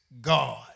God